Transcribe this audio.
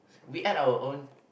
we add our own